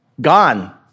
Gone